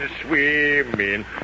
swimming